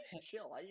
Chill